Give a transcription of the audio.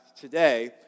today